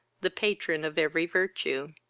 the patron of every virtue.